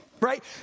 right